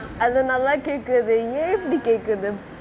அது நல்லா கேக்குது ஏ இப்டி கேக்குது:athu nalla kekuthu yaen ipadi kekuthu